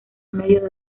medio